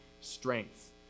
strength